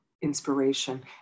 inspiration